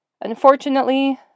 Unfortunately